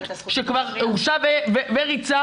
שכבר הורשע וריצה,